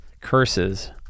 curses